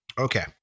Okay